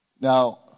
Now